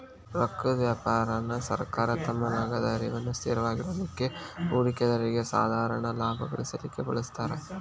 ರೊಕ್ಕದ್ ವ್ಯಾಪಾರಾನ ಸರ್ಕಾರ ತಮ್ಮ ನಗದ ಹರಿವನ್ನ ಸ್ಥಿರವಾಗಿಡಲಿಕ್ಕೆ, ಹೂಡಿಕೆದಾರ್ರಿಗೆ ಸಾಧಾರಣ ಲಾಭಾ ಗಳಿಸಲಿಕ್ಕೆ ಬಳಸ್ತಾರ್